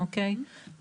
אוקיי?